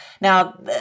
Now